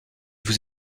vous